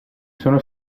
sono